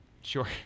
sure